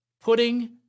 putting